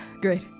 Great